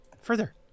Further